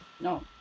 No